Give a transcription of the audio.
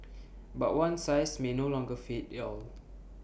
but one size may no longer fit